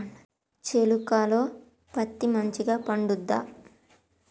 చేలుక లో పత్తి మంచిగా పండుద్దా?